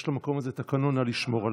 יש למקום הזה תקנון, נא לשמור עליו.